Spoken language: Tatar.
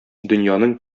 дөньяның